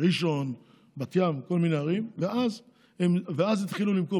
ראשון, בת ים, כל מיני ערים, ואז התחילו למכור.